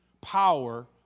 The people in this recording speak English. power